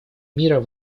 мира